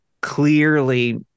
clearly